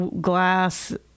glass